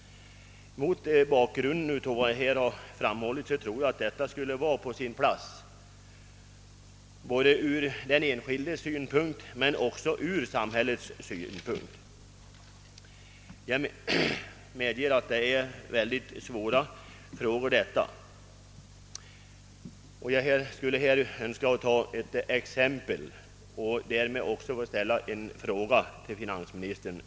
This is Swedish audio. Mot bakgrunden av vad jag här anfört tror jag att detta skulle vara på sin plats både ur den enskildes och samhällets synpunkt. Jag medger dock att detta är svåra frågor. Jag ber att här få ta ett exempel och i samband med det ställa en fråga till finansministern.